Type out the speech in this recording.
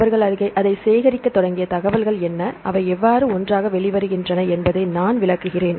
அவர்கள் அதை சேகரிக்கத் தொடங்கிய தகவல்கள் என்ன அவை எவ்வாறு ஒன்றாக வெளிவருகின்றன என்பதை நான் விளக்குகிறேன்